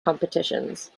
competitions